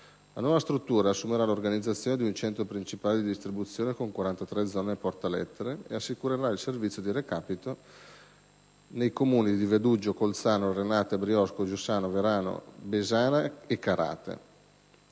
La nuova struttura assumerà l'organizzazione di un Centro principale di distribuzione con 43 zone portalettere e assicurerà il servizio di recapito nei comuni di Veduggio, Colzano, Renate, Briosco, Giussano, Verano Brianza, Besana